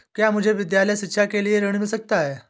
क्या मुझे विद्यालय शिक्षा के लिए ऋण मिल सकता है?